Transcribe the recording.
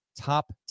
top